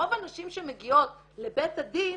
רוב הנשים שמגיעות לבית הדין,